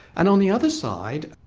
and on the other side,